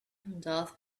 darth